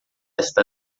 esta